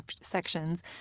sections